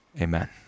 Amen